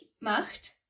macht